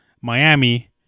Miami